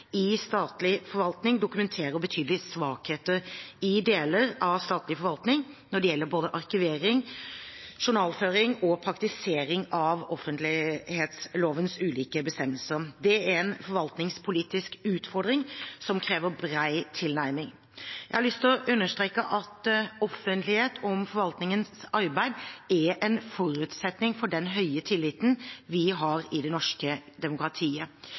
i statlig forvaltning, dokumenterer betydelige svakheter i deler av statlig forvaltning når det gjelder både arkivering, journalføring og praktisering av offentlighetslovens ulike bestemmelser. Det er en forvaltningspolitisk utfordring som krever bred tilnærming. Jeg har lyst til å understreke at offentlighet om forvaltningens arbeid er en forutsetning for den høye tilliten vi har i det norske demokratiet.